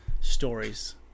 stories